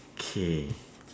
okay